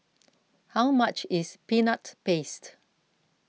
how much is Peanut Paste